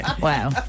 wow